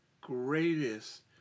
greatest